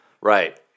Right